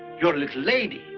you're a little lady,